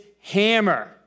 hammer